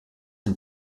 and